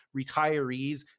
retirees